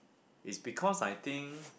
is because I think